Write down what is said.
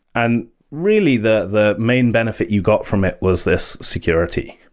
and really, the the main benefit you got from it was this security.